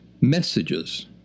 Messages